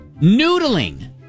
Noodling